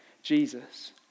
Jesus